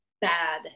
bad